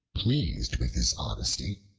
pleased with his honesty,